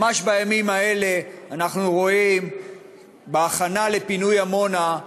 ממש בימים האלה אנחנו רואים בהכנה לפינוי עמונה,